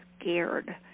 scared